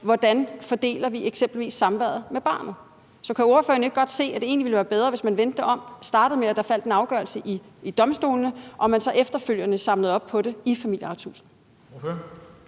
hvordan vi eksempelvis fordeler samværet med børnene? Så kan ordføreren ikke godt se, at det egentlig ville være bedre, hvis man vendte det om, så man startede med, at der faldt en afgørelse ved domstolene, og at man så efterfølgende samlede op på det i Familieretshuset?